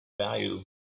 value